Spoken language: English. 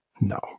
no